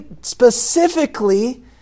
specifically